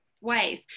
ways